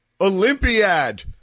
Olympiad